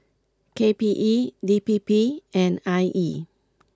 K P E D P P and I E